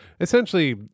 essentially